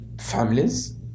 families